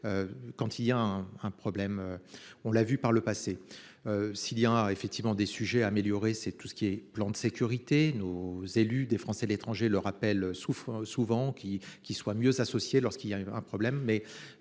Quand il y a un problème. On l'a vu par le passé. S'il y a effectivement des sujets améliorer, c'est tout ce qui est. Plan de sécurité nos élus des Français de l'étranger le rappel souffrent souvent qui qui soit mieux associés lorsqu'il y a un problème,